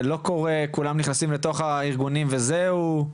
כולם נכנסים לתוך הארגונים וזהו?